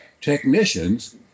technicians